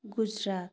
Gujarat